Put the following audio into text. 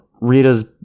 rita's